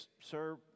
sir